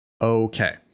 Okay